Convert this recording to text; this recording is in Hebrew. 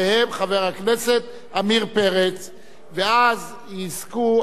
ואז יזכו המצביעים גם לאשר את החוק החשוב הזה.